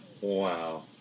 Wow